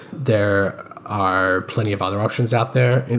there are plenty of other options out there.